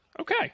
Okay